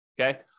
Okay